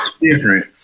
different